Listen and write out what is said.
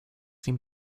seem